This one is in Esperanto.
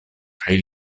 kaj